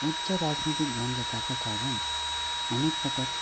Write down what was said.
उच्च राजनीतिक द्वन्द्वताका कारण अनेकपटक